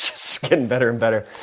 so getting better and better.